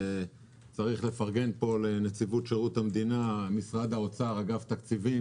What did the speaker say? צריך לפרגן פה לנציבות שירות המדינה ולאגף תקציבים במשרד האוצר.